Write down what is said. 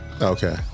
Okay